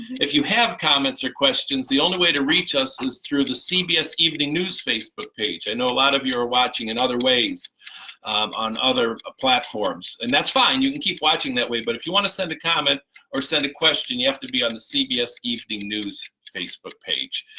if you have comments or questions the only way to reach us is through the cbs evening news facebook page. i know a lot of you are watching in other ways on other ah platforms and that's fine you can keep watching that way but if you want to send a comment or send a question you have to be on the cbs evening news facebook page.